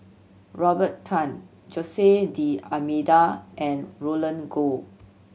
Robert Tan Jose D'Almeida and Roland Goh